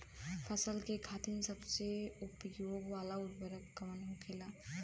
फसल के खातिन सबसे उपयोग वाला उर्वरक कवन होखेला?